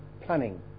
Planning